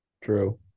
True